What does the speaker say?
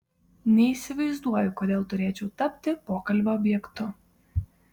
neįsivaizduoju kodėl turėčiau tapti pokalbio objektu